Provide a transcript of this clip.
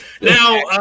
Now